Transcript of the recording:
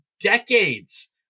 Decades